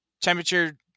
temperature